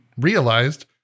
realized